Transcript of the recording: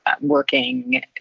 working